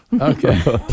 okay